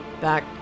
Back